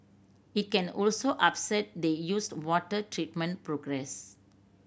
it can also upset the used water treatment progress